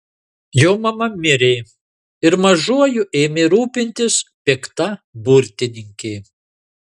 jo mama mirė ir mažuoju ėmė rūpintis pikta burtininkė